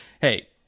hey